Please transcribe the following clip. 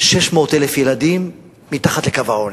600,000 ילדים מתחת לקו העוני.